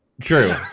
True